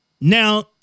Now